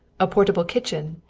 a portable kitchen!